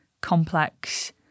complex